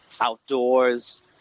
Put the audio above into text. outdoors